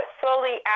slowly